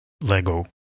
Lego